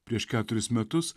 prieš keturis metus